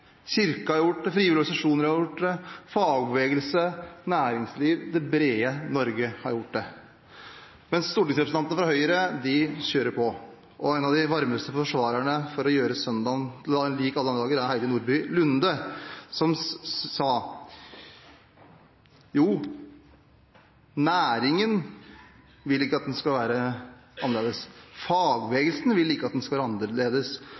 Kirka har gjort det, frivillige organisasjoner har gjort det, fagbevegelse og næringsliv har gjort det – det brede Norge har gjort det. Men stortingsrepresentantene fra Høyre kjører på. En av de varmeste forsvarerne for å gjøre søndagen lik alle andre dager er Heidi Nordby Lunde, som sa: Næringen vil ikke at den skal være annerledes, fagbevegelsen vil ikke at den skal være annerledes,